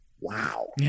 wow